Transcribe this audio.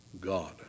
God